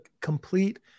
complete